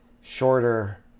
shorter